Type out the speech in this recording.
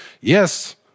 Yes